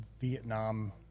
Vietnam